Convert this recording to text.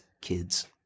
kids